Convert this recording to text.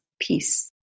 peace